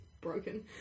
broken